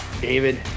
David